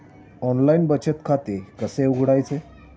Online बचत खाते कसे उघडायचे?